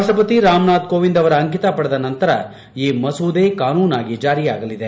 ರಾಷ್ಟಪತಿ ರಾಮನಾಥ ಕೋವಿಂದ್ ಅವರ ಅಂಕಿತ ಪಡೆದ ನಂತರ ಈ ಮಸೂದೆ ಕಾನೂನಾಗಿ ಜಾರಿಯಾಗಲಿದೆ